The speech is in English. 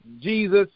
Jesus